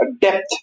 depth